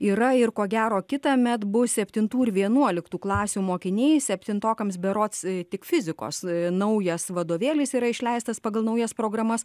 yra ir ko gero kitąmet bus septintų ir vienuoliktų klasių mokiniai septintokams berods tik fizikos naujas vadovėlis yra išleistas pagal naujas programas